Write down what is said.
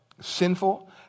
sinful